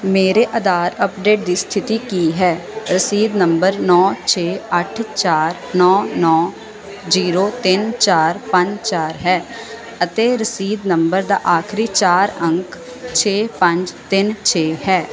ਮੇਰੇ ਆਧਾਰ ਅੱਪਡੇਟ ਦੀ ਸਥਿਤੀ ਕੀ ਹੈ ਰਸੀਦ ਨੰਬਰ ਨੌਂ ਛੇ ਅੱਠ ਚਾਰ ਨੌਂ ਨੌਂ ਜ਼ੀਰੋ ਤਿੰਨ ਚਾਰ ਪੰਜ ਚਾਰ ਹੈ ਅਤੇ ਰਸੀਦ ਨੰਬਰ ਦਾ ਆਖਰੀ ਚਾਰ ਅੰਕ ਛੇ ਪੰਜ ਤਿੰਨ ਛੇ ਹੈ